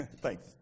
thanks